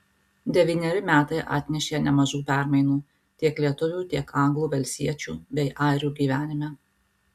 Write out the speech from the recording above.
devyneri metai atnešė nemažų permainų tiek lietuvių tiek anglų velsiečių bei airių gyvenime